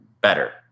better